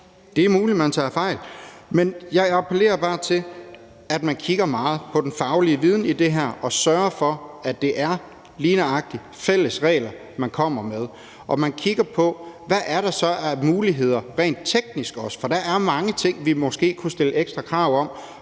Det er muligt, at man tager fejl, men jeg appellerer bare til, at man kigger meget på den faglige viden i det her og sørger for, at det lige nøjagtig er fælles regler, man kommer med, og at man så også kigger på, hvad der rent teknisk er af muligheder. For der er måske mange ting, vi kunne stille ekstra krav om,